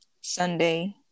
Sunday